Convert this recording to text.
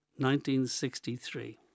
1963